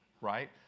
right